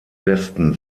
westen